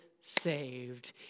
saved